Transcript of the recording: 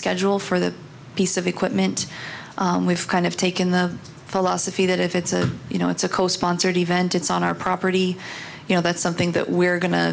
schedule for that piece of equipment and we've kind of taken the philosophy that if it's a you know it's a co sponsored event it's on our property you know that's something that we're going to